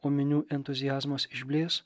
o minių entuziazmas išblės